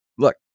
Look